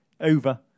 over